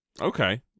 Okay